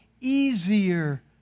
easier